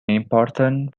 important